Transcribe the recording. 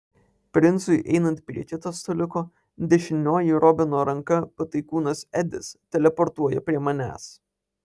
princui einant prie kito staliuko dešinioji robino ranka pataikūnas edis teleportuoja prie manęs